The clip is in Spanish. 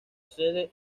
sede